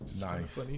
nice